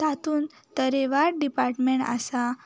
तातूंत तरेवार डिपार्टमेंच आसा